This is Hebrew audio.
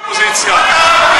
יושב-ראש האופוזיציה?